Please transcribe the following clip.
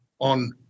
on